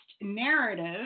narrative